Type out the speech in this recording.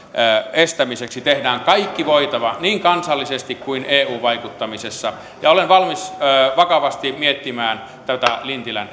estämiseksi tehdään kaikki voitava niin kansallisesti kuin eu vaikuttamisessa olen valmis vakavasti miettimään tätä lintilän